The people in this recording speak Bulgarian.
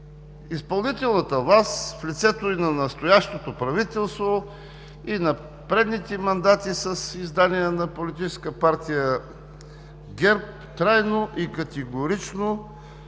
Изпълнителната власт в лицето и на настоящото правителство, и на предните мандати с издания на Политическа партия ГЕРБ, трайно и категорично